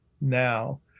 now